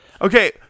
Okay